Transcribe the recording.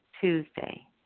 Tuesday